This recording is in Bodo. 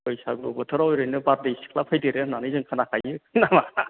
बैसागु बोथोराव ओरैनो बारदैसिख्ला फैदेरो होननानै जों खोनाखायो नामा